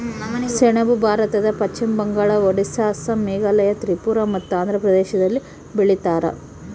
ಸೆಣಬು ಭಾರತದ ಪಶ್ಚಿಮ ಬಂಗಾಳ ಒಡಿಸ್ಸಾ ಅಸ್ಸಾಂ ಮೇಘಾಲಯ ತ್ರಿಪುರ ಮತ್ತು ಆಂಧ್ರ ಪ್ರದೇಶದಲ್ಲಿ ಬೆಳೀತಾರ